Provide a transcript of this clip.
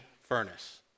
furnace